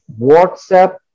WhatsApp